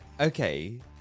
Okay